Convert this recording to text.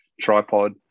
tripod